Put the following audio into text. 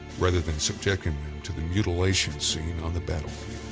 rather than subjecting them to the mutilation seen on the battlefield.